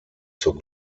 zur